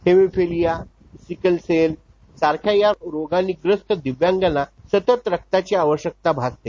haemophilia sickle cell सारख्या रोगांनीग्रस्त दिव्यांगांना सतत रक्ताची आवश्यकता भासते